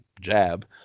jab